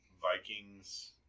Vikings